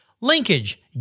Linkage